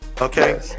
Okay